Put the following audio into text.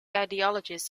ideologies